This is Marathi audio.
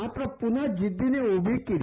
मात्र पुन्हा जिंदीने उभी केली